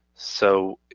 so,